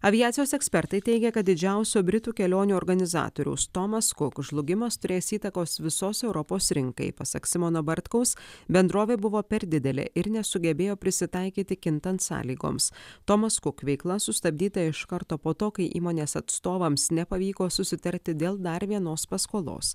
aviacijos ekspertai teigia kad didžiausio britų kelionių organizatoriaus tomas kuk žlugimas turės įtakos visos europos rinkai pasak simono bartkaus bendrovė buvo per didelė ir nesugebėjo prisitaikyti kintant sąlygoms tomas kuk veikla sustabdyta iš karto po to kai įmonės atstovams nepavyko susitarti dėl dar vienos paskolos